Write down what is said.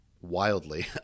wildly